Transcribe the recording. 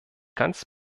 ganz